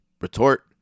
retort